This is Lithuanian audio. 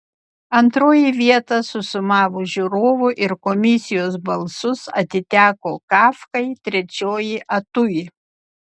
antroji vieta susumavus žiūrovų ir komisijos balsus atiteko kafkai trečioji atui